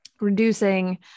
reducing